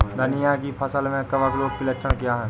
धनिया की फसल में कवक रोग के लक्षण क्या है?